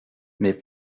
mais